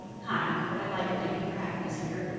hi, i'd like to thank you for having us here,